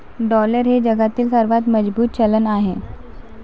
dollar हे जगातील सर्वात मजबूत चलन आहे